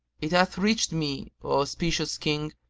it hath reached me, o auspicious king,